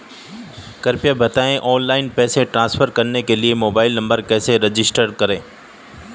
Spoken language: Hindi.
कृपया बताएं ऑनलाइन पैसे ट्रांसफर करने के लिए मोबाइल नंबर कैसे रजिस्टर करें?